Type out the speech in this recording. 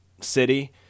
city